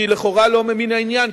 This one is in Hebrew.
שהיא לכאורה לא ממין העניין,